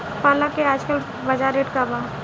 पालक के आजकल बजार रेट का बा?